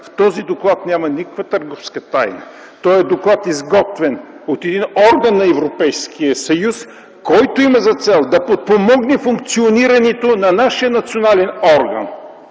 В този доклад няма никаква търговска тайна. Този доклад е изготвен от един орган на Европейския съюз, който има за цел да подпомогне функционирането на нашия национален орган!